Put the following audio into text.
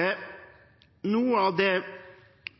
Et av